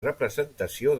representació